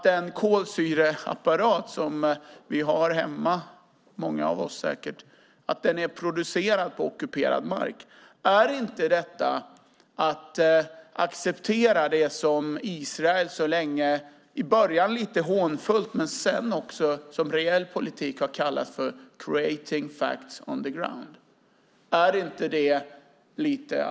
De kolsyreapparater som säkert många av oss har hemma är producerade på ockuperad mark. Är inte detta att acceptera det som Israel så länge, i början lite hånfullt, men sedan också som reell politik, har kallat för "creating facts on the ground"?